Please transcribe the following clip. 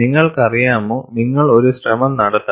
നിങ്ങൾക്കറിയാമോ നിങ്ങൾ ഒരു ശ്രമം നടത്തണം